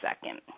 second